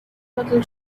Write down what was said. metal